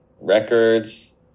records